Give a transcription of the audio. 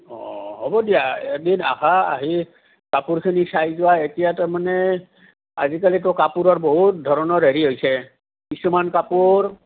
অঁ হ'ব দিয়া এদিন আহা আহি কাপোৰখিনি চাই যোৱা এতিয়া তাৰমানে আজিকালিতো কাপোৰৰ বহুত ধৰণৰ হেৰি হৈছে কিছুমান কাপোৰ